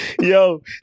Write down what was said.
yo